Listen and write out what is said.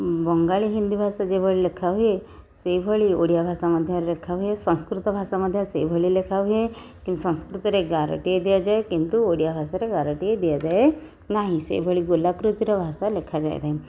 ବଙ୍ଗାଳି ହିନ୍ଦୀ ଭାଷା ଯେଉଁଭଳି ଲେଖାହୁଏ ସେହିଭଳି ଓଡ଼ିଆ ଭାଷା ମଧ୍ୟ ଲେଖାହୁଏ ସଂସ୍କୃତ ଭାଷା ମଧ୍ୟ ସେହିଭଳି ଲେଖାହୁଏ କିନ୍ତୁ ସଂସ୍କୃତରେ ଗାରଟିଏ ଦିଆଯାଏ କିନ୍ତୁ ଓଡ଼ିଆ ଭାଷାରେ ଗାରଟିଏ ଦିଆଯାଏ ନାହିଁ ସେହିଭଳି ଗୋଲାକୃତିର ଭାଷା ଲେଖାଯାଏ ନାହିଁ